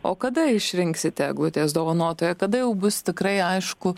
o kada išrinksite eglutės dovanotoją kada jau bus tikrai aišku